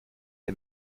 des